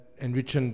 enriched